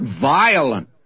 violent